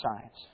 science